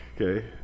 okay